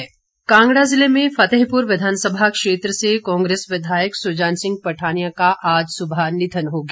सुजान सिंह पठानिया कांगड़ा ज़िले में फतेहपुर विधानसभा क्षेत्र से कांग्रेस विधायक सुजान सिंह पठानिया का आज सुबह निधन हो गया